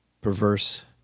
perverse